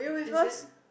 is it